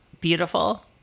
Beautiful